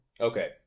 Okay